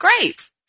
great